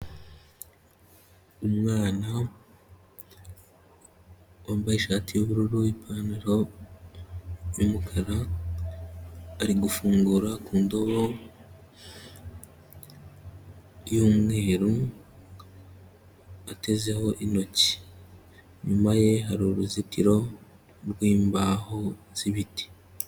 Umwana wambaye ishati y'ubururu, n'ipantaro y'umukara, ari gufungura ku ndobo y'umweru, atezeho intoki. Inyuma ye hari uruzitiro rwimbaho z'ibiti.